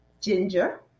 Ginger